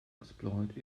exploit